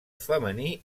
femení